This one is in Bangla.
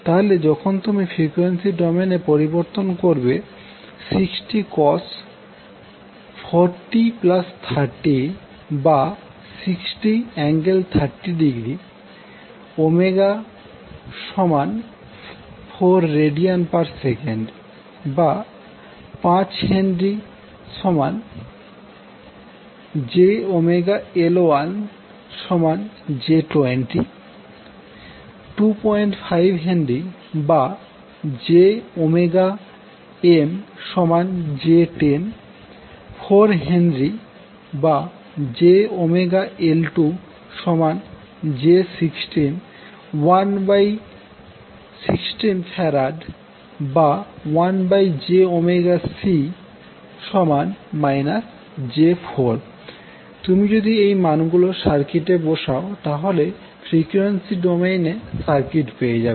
তাহলে যখন তুমি ফ্রিকোয়েন্সি ডোমেইনে পরিবর্তন করবে তখন 60cos 4t30 ⇒60∠30°ω4rads 5HjωL1j20 25HjωMj10 4HjωL2j16 116F1jωC j4 তুমি যদি এই মানগুলি সার্কিটে বসাও তাহলে ফ্রিকোয়েন্সি ডোমেইনে সার্কিট পেয়ে যাবে